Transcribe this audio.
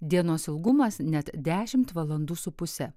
dienos ilgumas net dešimt valandų su puse